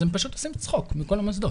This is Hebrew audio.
אז הם פשוט עושים צחוק מכל המוסדות.